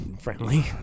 friendly